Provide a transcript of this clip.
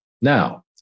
Now